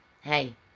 hey